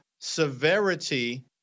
severity